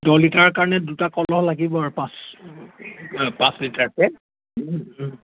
দহ লিটাৰৰ কাৰণে দুটা কলহ লাগিব আৰু পাঁচ পাঁচ লিটাৰকৈ